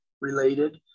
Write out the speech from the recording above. related